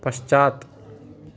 पश्चात्